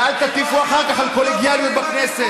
ואל תטיפו אחר כך על קולגיאליות בכנסת.